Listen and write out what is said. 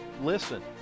listen